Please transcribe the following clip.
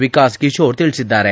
ವಿಕಾಸ್ ಕಿಶೋರ ತಿಳಿಸಿದ್ದಾರೆ